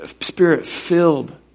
spirit-filled